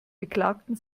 beklagten